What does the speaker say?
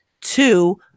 two